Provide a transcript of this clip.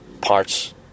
parts